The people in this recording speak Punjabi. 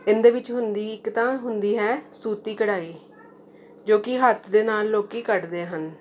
ਇਹਦੇ ਵਿੱਚ ਹੁੰਦੀ ਇੱਕ ਤਾਂ ਹੁੰਦੀ ਹੈ ਸੂਤੀ ਕਢਾਈ ਜੋ ਕਿ ਹੱਥ ਦੇ ਨਾਲ ਲੋਕ ਕੱਢਦੇ ਹਨ